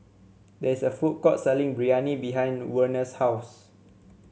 there is a food court selling Biryani behind Werner's house